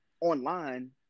Online